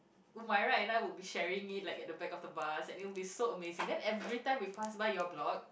Umirah and I would be sharing it like at the back of the bus and it would be so amazing then every time we pass by your block